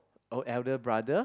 oh elder brother